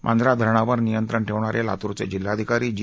मांजरा धरणावर नियंत्रण ठेवणारे लातूरचे जिल्हाधिकारी जी